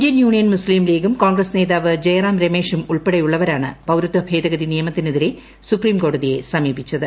Indian union Muslim ലീഗും കോൺഗ്രസ് നേതാവ് ജയറാം രമേഷും ഉൾപ്പെടെയുള്ളവരാണ് പൌരത്വ ഭേദഗതി നിയമത്തിനെതിരെ സുപ്രീംകോടതിയെ സമീപിച്ചത്